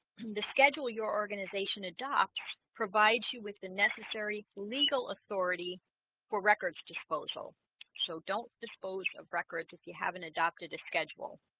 schedule your organization adopt provides you with the necessary legal authority for records disposal so don't dispose of records if you haven't adopted a schedule